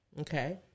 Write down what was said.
Okay